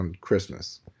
Christmas